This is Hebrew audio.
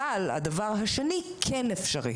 אבל הדבר השני כן אפשרי".